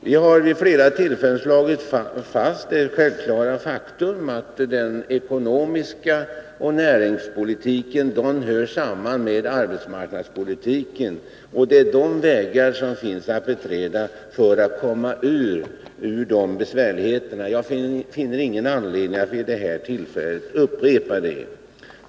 Vid flera tillfällen har vi slagit fast det självklara faktumet att den ekonomiska politiken och näringspolitiken hör samman med arbetsmarknadspolitiken. Det är de vägarna man måste beträda för att komma ur svårigheterna. Jag finner ingen anledning att vid det här tillfället på nytt gå in på detta.